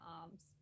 arms